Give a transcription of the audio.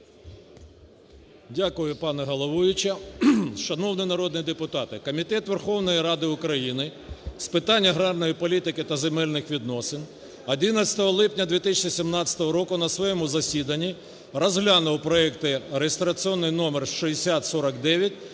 Дякую, пані головуюча. Шановні народні депутати, Комітет Верховної Ради України з питань аграрної політики та земельних відносин 11 липня 2017 року на своєму засідання розглянув проекти реєстраційний номер 6049